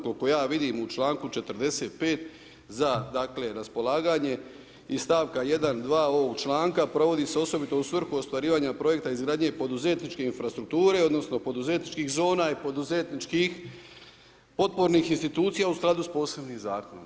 Koliko ja vidim u čl. 45. za dakle, raspolaganje i st. 1. i 2. ovog članka provodi se osobito u svrhu ostvarivanja projekta izgradnje i poduzetničke infrastrukture, odnosno poduzetničkih zona i poduzetničkih potpornih institucija u skladu s posebnim zakonom.